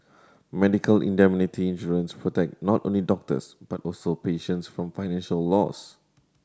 medical indemnity insurance protect not only doctors but also patients from financial loss